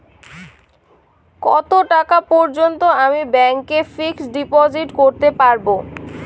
কত টাকা পর্যন্ত আমি ব্যাংক এ ফিক্সড ডিপোজিট করতে পারবো?